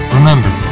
Remember